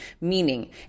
meaning